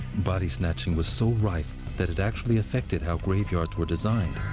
body snatching was so rife that it actually affected how graveyards were designed.